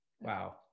wow